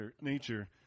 nature